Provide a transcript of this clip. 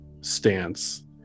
stance